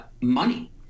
money